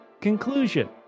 conclusion